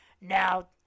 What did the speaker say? Now